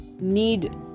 need